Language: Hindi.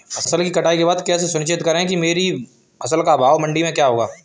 फसल की कटाई के बाद कैसे सुनिश्चित करें कि मेरी फसल का भाव मंडी में क्या होगा?